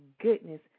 goodness